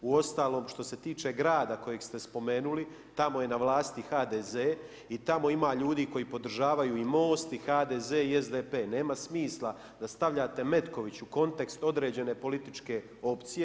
Uostalom što se tiče grada kojeg ste spomenuli, tamo je na vlasti HDZ i tamo ima ljudi koji podržavaju i MOST i HDZ i SDP, nema smisla da stavljate Metković u kontekst određene političke opcije.